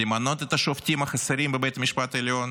למנות את השופטים החסרים בבית המשפט העליון